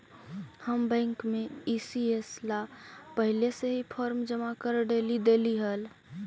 हम बैंक में ई.सी.एस ला पहले से ही फॉर्म जमा कर डेली देली हल